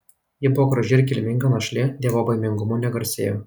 ji buvo graži ir kilminga našlė dievobaimingumu negarsėjo